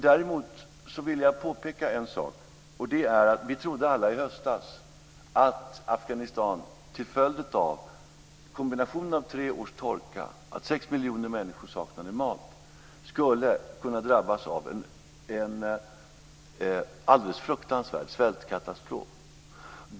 Däremot vill jag påpeka en sak, nämligen att vi alla i höstas trodde att Afghanistan, till följd av kombinationen av tre års torka och att sex miljoner människor saknade mat, skulle kunna drabbas av en alldeles fruktansvärd svältkatastrof.